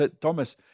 Thomas